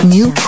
New